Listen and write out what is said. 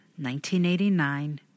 1989